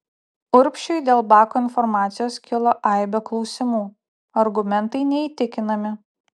urbšiui dėl bako informacijos kilo aibė klausimų argumentai neįtikinami